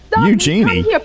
Eugenie